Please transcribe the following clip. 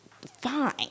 Fine